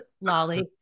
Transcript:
Lolly